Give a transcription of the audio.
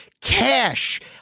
cash